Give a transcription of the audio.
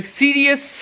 serious